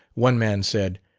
one man said,